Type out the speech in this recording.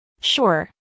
Sure